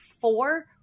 four